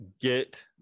get